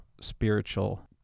spiritual